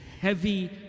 heavy